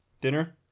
dinner